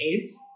AIDS